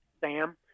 Sam